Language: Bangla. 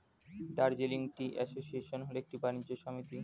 দার্জিলিং টি অ্যাসোসিয়েশন হল একটি বাণিজ্য সমিতি